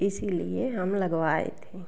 इसीलिए हम लगवाएँ थे